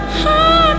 heart